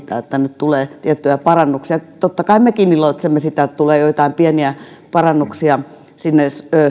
että tänne tulee tiettyjä parannuksia totta kai mekin iloitsemme siitä että tulee joitain pieniä parannuksia sinne